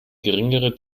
geringere